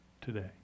today